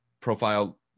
profile